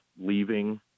leaving